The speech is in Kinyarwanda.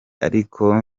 ariko